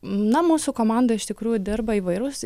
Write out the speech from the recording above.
na mūsų komandoj iš tikrųjų dirba įvairūs